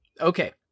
Okay